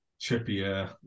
Trippier